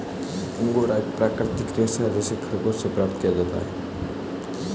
angora एक प्राकृतिक रेशा है जिसे खरगोश से प्राप्त किया जाता है